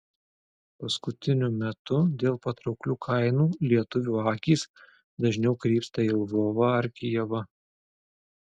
paskutiniu metu dėl patrauklių kainų lietuvių akys dažniau krypsta į lvovą ar kijevą